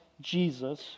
Jesus